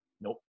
nope